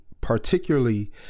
particularly